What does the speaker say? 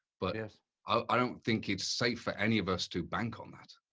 but yeah i don't think it's safe for any of us to bank on that.